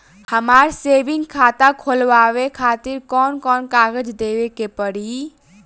हमार सेविंग खाता खोलवावे खातिर कौन कौन कागज देवे के पड़ी?